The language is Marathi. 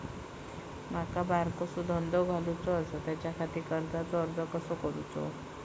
माका बारकोसो धंदो घालुचो आसा त्याच्याखाती कर्जाचो अर्ज कसो करूचो?